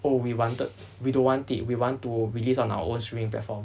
oh we wanted we don't want it we want to release on our own streaming platform